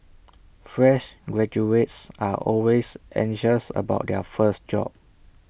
fresh graduates are always anxious about their first job